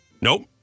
Nope